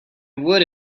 would